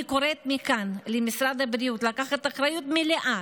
אני קוראת מכאן למשרד הבריאות לקחת אחריות מלאה